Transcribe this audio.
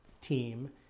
team